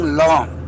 long